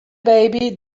baby